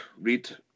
read